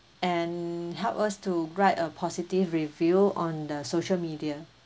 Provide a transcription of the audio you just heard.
and help us to write a positive review on the social media